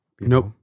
Nope